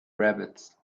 rabbits